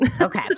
Okay